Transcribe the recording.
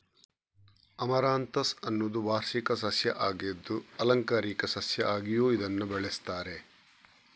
amaranthus ಅನ್ನುದು ವಾರ್ಷಿಕ ಸಸ್ಯ ಆಗಿದ್ದು ಆಲಂಕಾರಿಕ ಸಸ್ಯ ಆಗಿಯೂ ಇದನ್ನ ಬೆಳೆಸ್ತಾರೆ